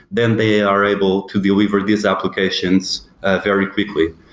then they are able to deliver these applications very quickly.